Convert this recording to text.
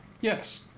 yes